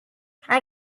can